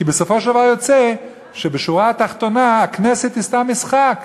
כי בסופו של דבר יוצא שבשורה התחתונה הכנסת היא סתם משחק.